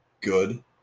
good